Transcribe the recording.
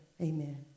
Amen